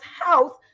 house